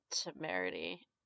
Temerity